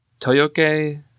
Toyoke